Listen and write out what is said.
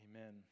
Amen